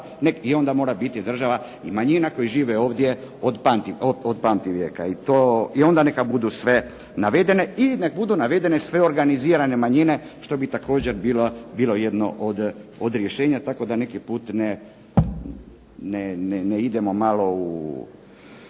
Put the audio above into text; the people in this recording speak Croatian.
i onda mora biti država i manjina koji žive ovdje od pamtivijeka i onda neka budu sve navedene, i onda neka budu navedene sve organizirane manjine što bi također bilo jedno od rješenja, tako da neki put ne idemo u